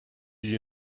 you